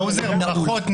האוזר, ברכות.